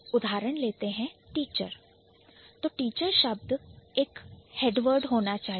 उदाहरण लेते हैं Teacher तो टीचर शब्द का भी एक हेडवर्ड होना चाहिए